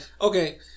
Okay